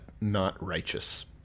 not-righteous